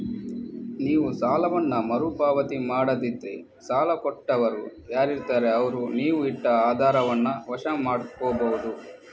ನೀವು ಸಾಲವನ್ನ ಮರು ಪಾವತಿ ಮಾಡದಿದ್ರೆ ಸಾಲ ಕೊಟ್ಟವರು ಯಾರಿರ್ತಾರೆ ಅವ್ರು ನೀವು ಇಟ್ಟ ಆಧಾರವನ್ನ ವಶ ಮಾಡ್ಕೋಬಹುದು